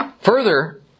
Further